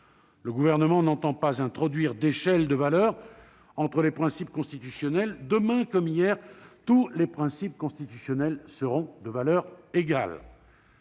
Le Gouvernement n'entend pas introduire d'échelle de valeurs entre les principes constitutionnels : demain comme hier, tous les principes constitutionnels seront de valeur égale.